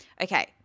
Okay